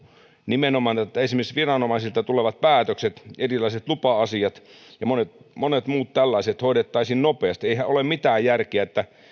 nimenomaan se että esimerkiksi viranomaisilta tulevat päätökset erilaiset lupa asiat ja monet monet muut tällaiset hoidettaisiin nopeasti eihän ole mitään järkeä että